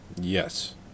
Yes